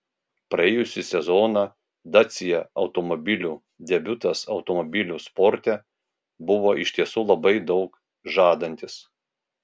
praėjusį sezoną dacia automobilio debiutas automobilių sporte buvo iš tiesų labai daug žadantis